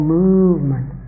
movement